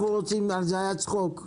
זה היה בצחוק.